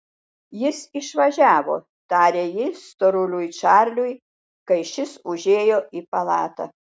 jis išvažiavo tarė ji storuliui čarliui kai šis užėjo į palatą